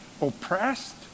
oppressed